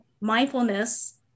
mindfulness